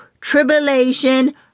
tribulation